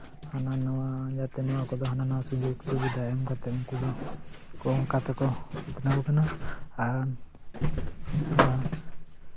ᱦᱟᱱᱟ ᱱᱚᱣᱟ ᱡᱟᱛᱮ ᱱᱚᱣᱟ ᱠᱚᱫᱚ ᱦᱟᱱᱟ ᱱᱚᱣᱟ ᱥᱩᱡᱳᱜ ᱥᱩᱵᱤᱫᱷᱟ ᱮᱢ ᱠᱟᱛᱮᱜ ᱩᱱᱠᱩ ᱫᱚ ᱚᱱᱠᱟ ᱛᱮᱠᱚ ᱩᱛᱱᱟᱹᱣ ᱠᱟᱱᱟ ᱟᱨ ᱟᱨ